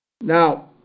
Now